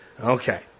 Okay